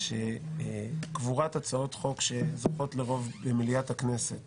שקבורת הצעות חוק שזוכות לרוב במליאת הכנסת